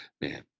Man